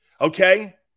Okay